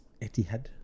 Etihad